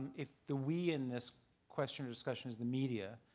if the we in this question of discussion is the media,